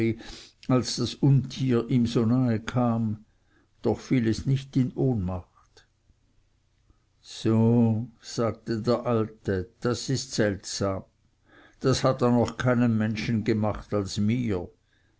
als das untier ihm so nahe kam doch fiel es nicht in ohnmacht so sagte der alte das ist seltsam das hat er noch keinem menschen gemacht als mir